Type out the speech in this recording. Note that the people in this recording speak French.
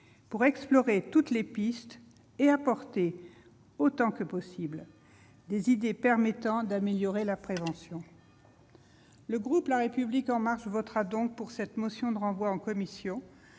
d'explorer l'ensemble des pistes et d'apporter, autant que possible, des idées permettant d'améliorer la prévention. Le groupe La République En Marche votera donc la motion de renvoi à la commission,